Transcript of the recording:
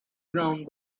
ground